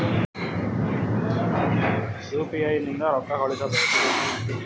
UPI ಲಿಂದ ರೊಕ್ಕ ಕಳಿಸಬಹುದಾ?